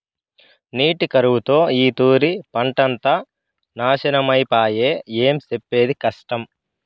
నీటి కరువుతో ఈ తూరి పంటంతా నాశనమై పాయె, ఏం సెప్పేది కష్టం